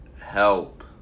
help